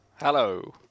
Hello